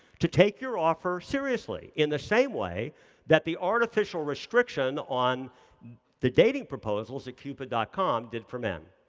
to take your offer seriously, in the same way that the artificial restriction on the dating proposals that cupid dot com did for men.